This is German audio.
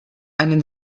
einen